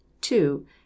Two